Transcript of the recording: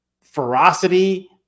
ferocity